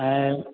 ऐं